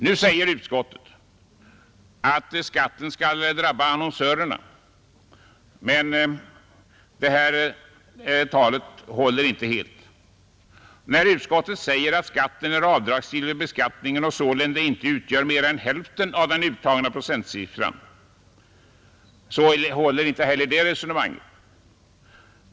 Nu säger utskottet att skatten skall drabba annonsörerna, men det talet håller inte helt. När utskottet säger att skatten är avdragsgill vid beskattningen och sålunda inte utgör mer än hälften av den uttagna procenten, håller inte heller det resonemanget.